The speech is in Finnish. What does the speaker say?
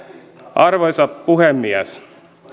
arvoisa puhemies